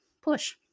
push